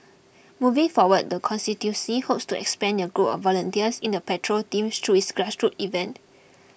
moving forward the constituency hopes to expand their group of volunteers in the patrol team through its grassroots events